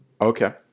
okay